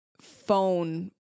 phone